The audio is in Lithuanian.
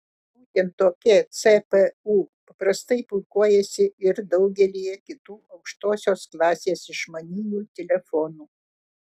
būtent tokie cpu paprastai puikuojasi ir daugelyje kitų aukštosios klasės išmaniųjų telefonų